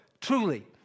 truly